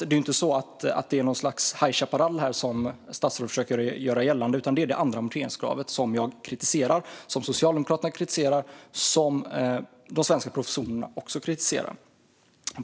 Det är alltså inte något slags High Chaparral här, som statsrådet försöker göra gällande, utan det är det andra amorteringskravet som jag kritiserar, som Socialdemokraterna kritiserar och som även de svenska professorerna kritiserar.